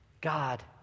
God